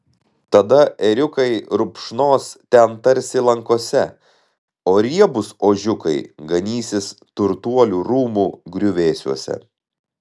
tada ėriukai rupšnos ten tarsi lankose o riebūs ožiukai ganysis turtuolių rūmų griuvėsiuose